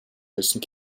dessen